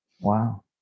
Wow